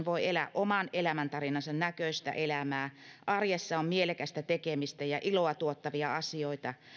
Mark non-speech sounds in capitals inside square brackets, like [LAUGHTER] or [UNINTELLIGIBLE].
[UNINTELLIGIBLE] voi elää oman elämäntarinansa näköistä elämää arjessa on mielekästä tekemistä ja iloa tuottavia asioita